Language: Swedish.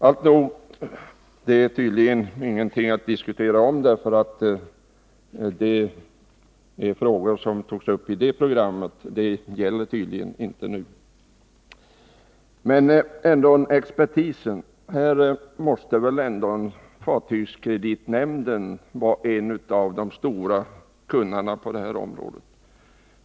Alltnog — det är tydligen ingenting att diskutera om, därför att de frågor som togs upp i det här radioprogrammet inte är aktuella nu. Men beträffande expertisen måste jag säga: Fartygskreditnämnden måste väl ändå höra till dem som kan mest på det här området?